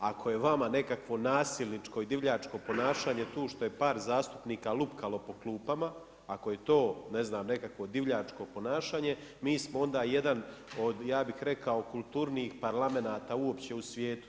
Ako je vama nekakvo nasilničko i divljačko ponašanje, tu što je par zastupnika lupkalo po klupama, ako je to, ne znam, divljačko ponašanje, mi smo onda ja bih rekao kulturnijih parlamenata uopće u svijetu.